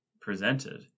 presented